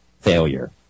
failure